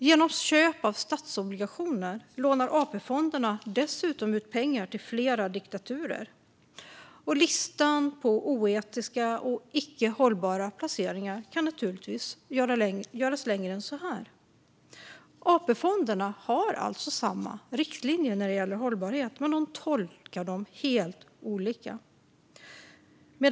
Genom köp av statsobligationer lånar AP-fonderna dessutom ut pengar till flera diktaturer. Listan på oetiska och icke hållbara placeringar kan naturligtvis göras längre än så. Alla AP-fonder har alltså samma riktlinjer när det gäller hållbarhet, men de tolkar dem olika.